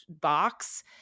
box